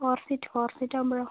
four seat four seat ആവുമ്പോഴോ